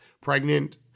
pregnant